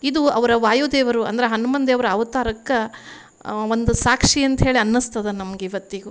ಇದು ಅವರ ವಾಯುದೇವರು ಅಂದ್ರೆ ಹನುಮಾನ್ ದೇವರ ಅವ್ತಾರಕ್ಕೆ ಒಂದು ಸಾಕ್ಷಿ ಅಂತ ಹೇಳಿ ಅನ್ನಿಸ್ತದೆ ನಮ್ಗೆ ಇವತ್ತಿಗೂ